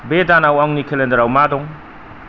बे दानाव आंनि केलेन्डाराव मा दं